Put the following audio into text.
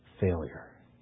failure